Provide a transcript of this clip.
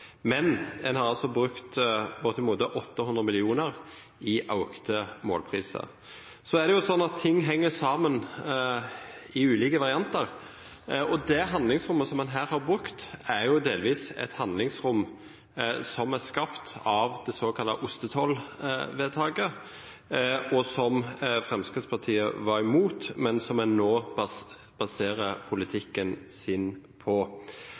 men en har brukt bortimot 800 mill. kr i økte målpriser. Så er det jo slik at ting henger sammen i ulike varianter, og det handlingsrommet som man her har brukt, er delvis et handlingsrom som er skapt av det såkalte ostetollvedtaket, som Fremskrittspartiet var imot, men som en nå baserer politikken sin på.